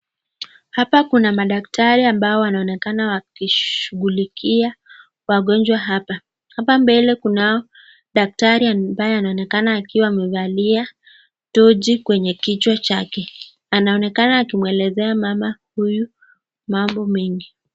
Hapa kuna madaktari ambao wanaonekana wakishughulikia wagonjwa hapa. Hapa mbele kunao daktari ambaye anaonekana akiwa amevalia tochi kwenye kichwa chake, anaonekana akimwelezea mama huyu mambo mengi.